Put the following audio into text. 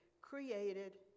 created